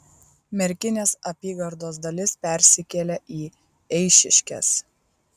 merkinės apygardos dalis persikėlė į eišiškes